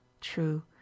True